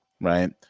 right